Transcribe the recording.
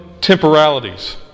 temporalities